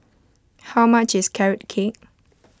how much is Carrot Cake